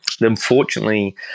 Unfortunately